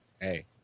Hey